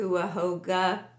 Cuyahoga